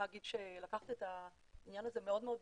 להגיד שלקחת את העניין הזה מאוד ברצינות,